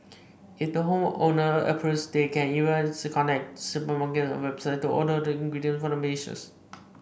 if the home owner approves they can even connect to supermarkets or websites to order the ingredients for the dishes